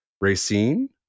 Racine